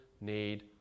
need